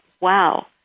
wow